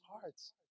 hearts